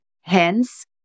Hence